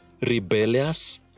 rebellious